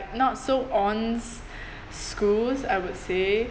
not so ons schools I would say